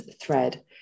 thread